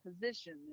position